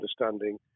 understanding